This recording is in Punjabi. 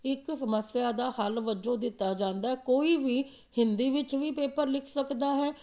ਇੱਕ ਸਮੱਸਿਆ ਦਾ ਹੱਲ ਵਜੋਂ ਦਿੱਤਾ ਜਾਂਦਾ ਕੋਈ ਵੀ ਹਿੰਦੀ ਵਿੱਚ ਵੀ ਪੇਪਰ ਲਿਖ ਸਕਦਾ ਹੈ